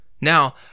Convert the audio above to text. Now